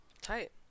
Tight